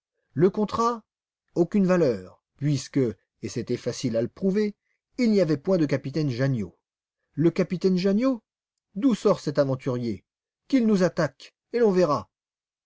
le contrat aucune valeur puisque et c'était facile à le prouver il n'y avait point de capitaine janniot le capitaine janniot d'où sort cet aventurier qu'il nous attaque et l'on verra